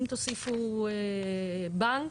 אם תוסיפו בנק,